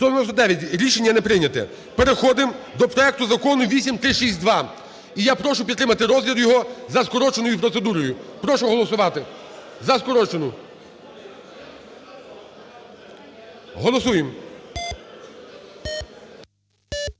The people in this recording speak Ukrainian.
За-199 Рішення не прийнято. Переходимо до проект Закону 8362. І я прошу підтримати розгляд його за скороченою процедурою. Прошу проголосувати за скорочену. Голосуємо.